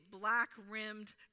black-rimmed